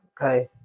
okay